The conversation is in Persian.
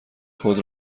خود